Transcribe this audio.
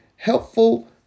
Helpful